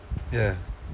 ya